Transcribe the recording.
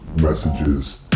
messages